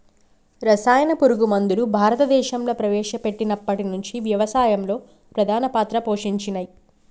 రసాయన పురుగు మందులు భారతదేశంలా ప్రవేశపెట్టినప్పటి నుంచి వ్యవసాయంలో ప్రధాన పాత్ర పోషించినయ్